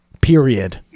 Period